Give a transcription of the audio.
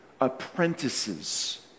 apprentices